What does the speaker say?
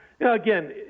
again